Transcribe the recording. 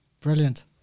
Brilliant